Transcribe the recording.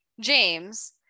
James